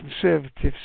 Conservatives